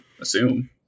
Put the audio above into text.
assume